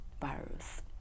virus